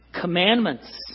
Commandments